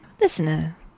listener